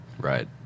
Right